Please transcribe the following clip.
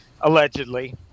allegedly